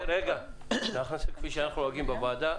כפי שאנו נוהגים בוועדה,